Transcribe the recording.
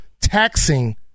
taxing